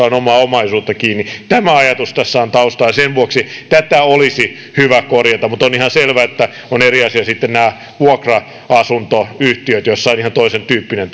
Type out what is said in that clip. on omaa omaisuutta kiinni tämä ajatus tässä on taustalla sen vuoksi tätä olisi hyvä korjata mutta on ihan selvää että eri asia ovat sitten nämä vuokra asuntoyhtiöt joissa on ihan toisentyyppinen